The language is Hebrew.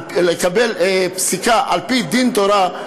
לקבל פסיקה על-פי דין תורה,